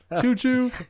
Choo-choo